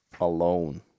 alone